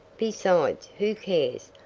besides, who cares?